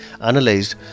analyzed